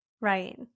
Right